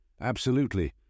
Absolutely